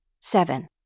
Seven